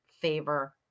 favor